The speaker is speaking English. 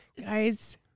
guys